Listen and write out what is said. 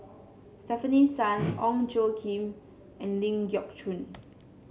Stefanie Sun Ong Tjoe Kim and Ling Geok Choon